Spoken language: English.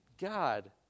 God